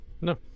no